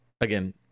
Again